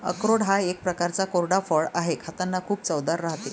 अक्रोड हा एक प्रकारचा कोरडा फळ आहे, खातांना खूप चवदार राहते